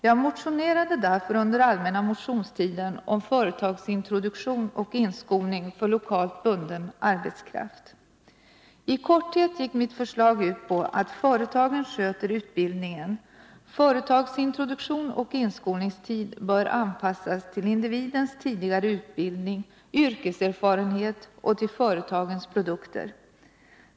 Jag motionerade därför under allmänna motionstiden om företagsintroduktion och inskolning för lokalt bunden arbetskraft. I korthet gick mitt förslag ut på att företagen sköter utbildningen. Företagsintroduktion och inskolningstid bör anpassas till individens tidigare utbildning och yrkeserfarenhet och till företagets produkter.